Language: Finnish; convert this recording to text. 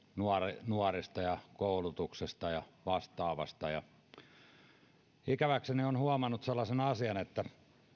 nuorista nuorista ja koulutuksesta ja vastaavasta ikäväkseni olen huomannut sellaisen asian että